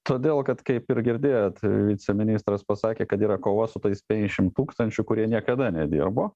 todėl kad kaip ir girdėjot viceministras pasakė kad yra kova su tais penkiasdešimt tūkstančių kurie niekada nedirbo